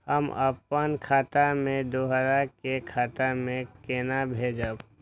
हम आपन खाता से दोहरा के खाता में केना भेजब?